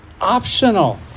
optional